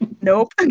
Nope